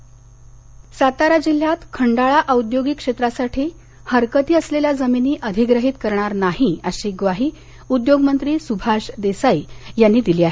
सुभाष देसाई सातारा जिल्ह्यात खंडाळा औद्योगिक क्षेत्रासाठी हरकती असलेल्या जमिनी अधिग्रहित करणार नाही अशी ग्वाही उद्योगमंत्री सुभाष देसाई यांनी दिली आहे